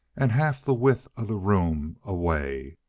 and half the width of the room away.